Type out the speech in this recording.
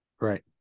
Right